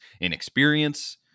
inexperience